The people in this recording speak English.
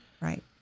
Right